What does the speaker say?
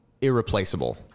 irreplaceable